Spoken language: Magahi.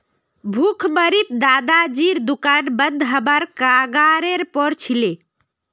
भुखमरीत दादाजीर दुकान बंद हबार कगारेर पर छिले